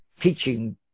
teaching